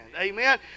Amen